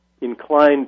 inclined